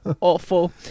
awful